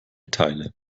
teile